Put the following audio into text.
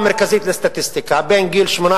שקובעים את רמת ההשתכרות אחרי זה נמצאת